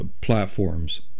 platforms